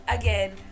Again